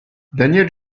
daniel